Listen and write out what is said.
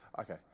okay